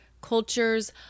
cultures